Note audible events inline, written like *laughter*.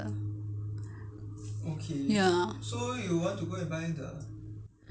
如果你有看到如果你有看到超级市场如果你你去买那个扣肉 *noise*